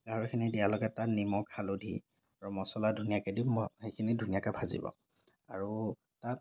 গাহৰিখিনি দিয়াৰ লগতে তাত নিমখ হালধি আৰু মছলা ধুনীয়াকৈ দি সেইখিনি ধুনীয়াকৈ ভাজিব আৰু তাত